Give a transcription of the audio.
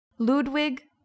Ludwig